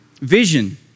Vision